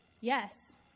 yes